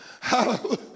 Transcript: Hallelujah